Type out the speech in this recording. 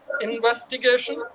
investigation